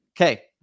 Okay